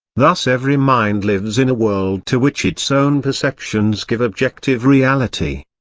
thus every mind lives in a world to which its own perceptions give objective reality.